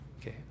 Okay